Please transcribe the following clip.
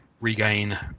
regain